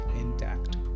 intact